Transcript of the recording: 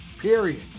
Period